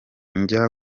njya